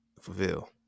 fulfill